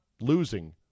losing